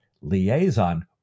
liaison